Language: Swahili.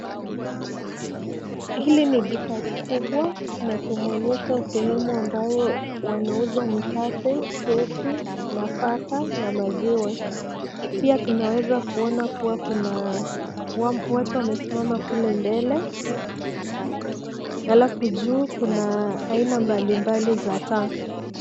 Hili ni duka kubwa na tunaonyeshwa sehemu ambayo wanauza mikate, keki, nafaka na maziwa. Pia tunaweza kuona kuwa kuna watu wamesimama kule mbele alafu juu kuna aina mbalimbali za taa.